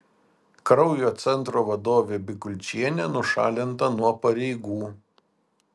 kraujo centro vadovė bikulčienė nušalinta nuo pareigų